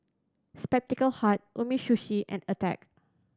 Spectacle Hut Umisushi and Attack